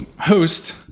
host